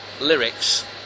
lyrics